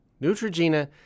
Neutrogena